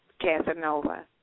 Casanova